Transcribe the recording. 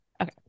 Okay